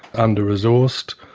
under-resourced,